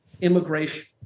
immigration